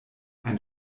ein